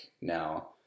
now